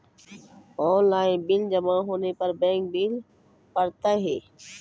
Online bill जमा होने पर बैंक बिल पड़तैत हैं?